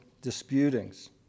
disputings